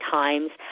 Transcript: times